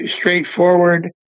straightforward